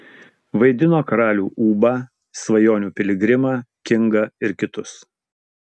vaidino karalių ūbą svajonių piligrimą kingą ir kitus